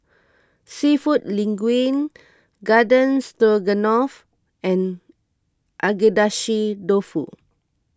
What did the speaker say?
Seafood Linguine Garden Stroganoff and Agedashi Dofu